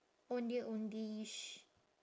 ondeh ondehish